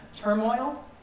turmoil